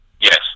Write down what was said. Yes